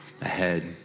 ahead